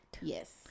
Yes